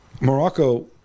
Morocco